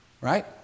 Right